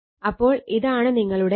അപ്പോൾ ഇതാണ് നിങ്ങളുടെ Q0